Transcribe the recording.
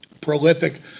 prolific